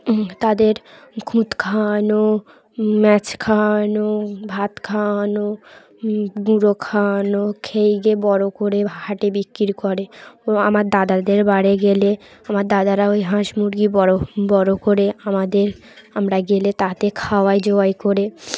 তাদের খুদ খাওয়ানো ম্যাজ খাওয়ানো ভাত খাওয়ানো গুঁড়ো খাওয়ানো খেয়ে গিয়েয়ে বড়ো করে হাটে বিক্রি করে আমার দাদাদের বাড়ে গেলে আমার দাদারা ওই হাঁস মুরগি বড়ো বড়ো করে আমাদের আমরা গেলে তাতে খাওয়াই জবাই করে